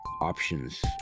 Options